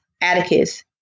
Atticus